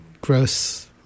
gross